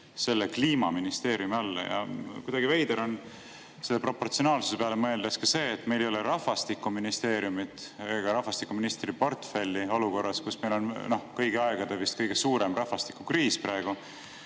selle Kliimaministeeriumi alla? Ja kuidagi veider on selle proportsionaalsuse peale mõeldes ka see, et meil ei ole Rahvastikuministeeriumi ega rahvastikuministri portfelli olukorras, kus meil on vist kõigi aegade kõige suurem rahvastikukriis praegu,